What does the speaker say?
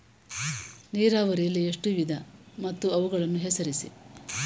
ನೀರಾವರಿಯಲ್ಲಿ ಎಷ್ಟು ವಿಧ ಮತ್ತು ಅವುಗಳನ್ನು ಹೆಸರಿಸಿ?